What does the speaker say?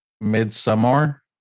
Midsummer